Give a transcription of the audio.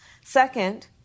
Second